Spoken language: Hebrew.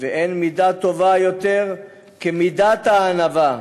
ואין מידה טובה יותר ממידת הענווה.